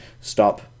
stop